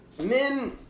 men